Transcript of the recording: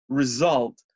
result